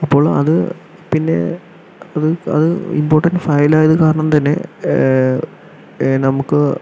അപ്പോൾ അത് പിന്നെ അത് അത് ഇമ്പോർട്ടന്റ് ഫയലായത് കാരണം തന്നെ നമുക്ക്